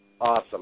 Awesome